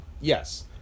Yes